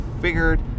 figured